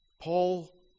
Paul